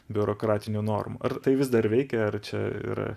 biurokratinių normų ar tai vis dar veikia ar čia yra